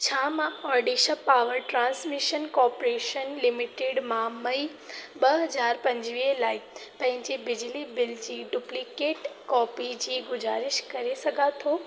छा मां Odisha power transmission corporation limited मां मई ॿ हज़ार पंजवीह लाइ पंहिंजे बिजली बिल जी डुप्लीकेट कॉपी जी गुज़ारिश करे सघां थो